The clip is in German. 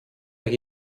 nach